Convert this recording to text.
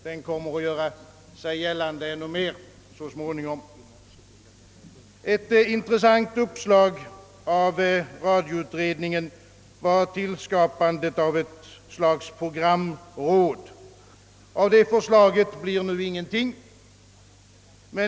Den kommer att göra sig gällande ännu mer så småningom. Ett intressant uppslag av radioutredningen var tillskapandet av ett slags programråd. Av det förslaget blir nu ingenting.